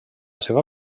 seva